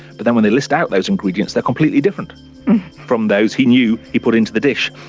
but then when they list out those ingredients they are completely different from those he knew he put into the dish.